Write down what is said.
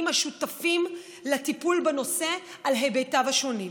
השותפים לטיפול בנושא על היבטיו השונים.